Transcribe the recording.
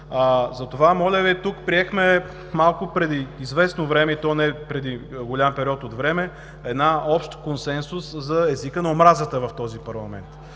Затова, моля Ви, преди известно време, и то не преди голям период от време, приехме общ консенсус за езика на омразата в този парламент.